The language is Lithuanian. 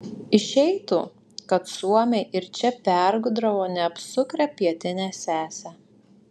išeitų kad suomiai ir čia pergudravo neapsukrią pietinę sesę